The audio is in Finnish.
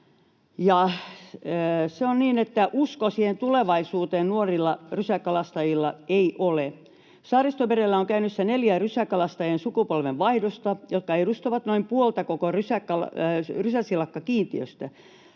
Se on niin, että uskoa tulevaisuuteen nuorilla rysäkalastajilla ei ole. Saaristomerellä on käynnissä neljä rysäkalastajien sukupolvenvaihdosta, jotka edustavat noin puolta koko rysäsilakkakiintiöstä.